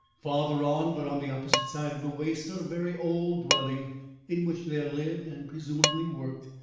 farther on, but on the opposite side of the way, stood a very old dwelling in which there lived and presumably worked,